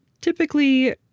typically